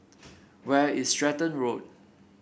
where is Stratton Road